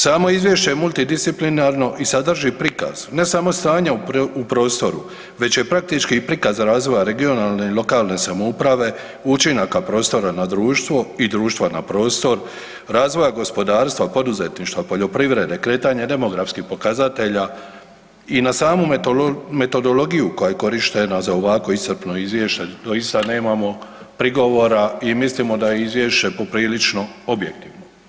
Samo Izvješće je multidisciplinarno i sadrži prikaz, ne samo stanja u prostoru već je praktički i prikaz razvoja regionalne i lokalne samouprave, učinaka prostora na društvo i društva na prostor, razvoja gospodarstva, poduzetništva, poljoprivrede, kretanja demografskih pokazatelja i na samu metodologiju koja je korištena za ovakvo iscrpno izvješće, doista nemamo prigovora i mislimo da je Izvješće poprilično objektivno.